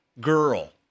girl